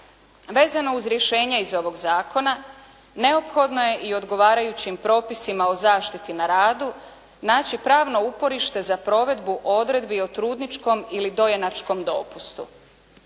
Vezano uz rješenje iz ovog zakona neophodno je i odgovarajućim propisima o zaštiti na radu naći pravno uporište za provedbu odredbi o trudničkom ili dojenačkom dopustu.